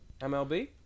MLB